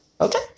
okay